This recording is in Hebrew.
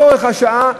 צורך השעה,